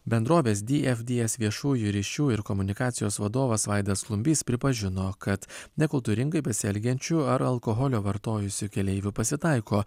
bendrovės dfds viešųjų ryšių ir komunikacijos vadovas vaidas klumbys pripažino kad nekultūringai besielgiančių ar alkoholio vartojusių keleivių pasitaiko